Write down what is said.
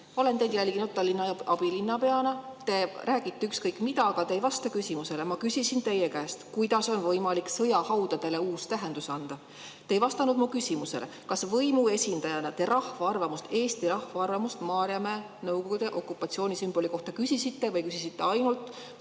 Olen teid jälginud Tallinna abilinnapeana – te räägite ükskõik mida, aga te ei vasta küsimusele. Ma küsisin teie käest, kuidas on võimalik sõjahaudadele uus tähendus anda. Te ei vastanud mu küsimusele, kas te võimuesindajana küsisite rahva arvamust, Eesti rahva arvamust Maarjamäe, Nõukogude okupatsiooni sümboli kohta või küsisite ainult